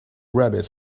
rabbit